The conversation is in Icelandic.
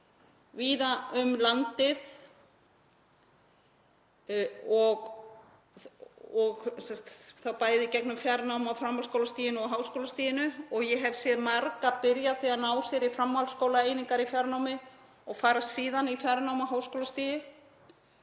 víða um landið, bæði í gegnum fjarnám á framhaldsskólastiginu og á háskólastiginu. Ég hef séð marga byrja á því að ná sér í framhaldsskólaeiningar í fjarnámi og fara síðan í fjarnám á háskólastigi.